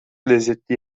lezzetli